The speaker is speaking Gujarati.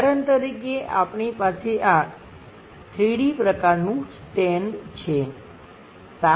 ઉદાહરણ તરીકે આપણી પાસે આ 3D પ્રકારનું સ્ટેન્ડ છે